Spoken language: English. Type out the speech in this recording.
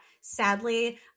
Sadly